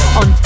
on